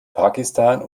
pakistan